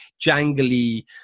jangly